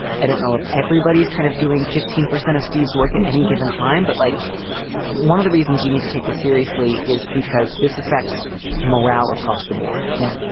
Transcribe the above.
i don't know if everybody's kind of doing fifteen percent of steve's work at any given time. but like one of the reasons you need to take this seriously is because this affects morale across the board. yeah.